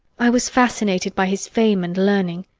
i was fascinated by his fame and learning.